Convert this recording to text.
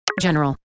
general